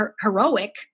heroic